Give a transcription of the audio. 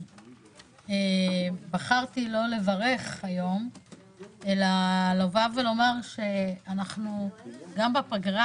אני בחרתי לא לברך היום אלא לומר שגם בפגרה